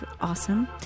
awesome